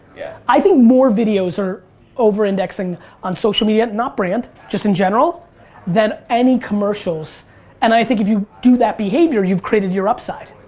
yeah. i think more videos are over indexing on social media and not brand just in general than any commercials and i think you do that behavior you've created your upside.